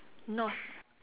no